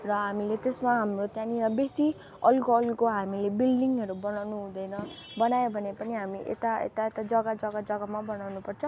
र हामीले त्यसमा हाम्रो त्यहाँनिर बेसी अल्गो अल्गो हामीले बिल्डिङहरू बनाउनु हुँदैन बनायो भने पनि हामी यता यता यता जग्गा जग्गा जग्गामा बनाउनु पर्छ